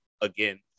again